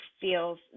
feels